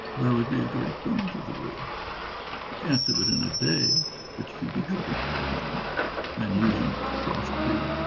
there would be a great boon to the world you can't do it in a day which could be coming back on and and using profit be